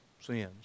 sins